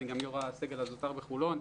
אני גם יושב-ראש הסגל הזוטר בחולון.